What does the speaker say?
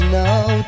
now